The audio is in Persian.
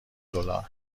دلار